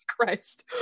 Christ